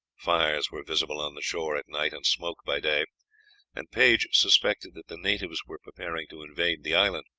fires were visible on the shore at night, and smoke by day and page suspected that the natives were preparing to invade the island.